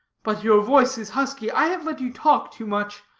but your voice is husky i have let you talk too much.